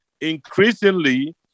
Increasingly